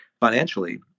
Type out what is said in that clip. financially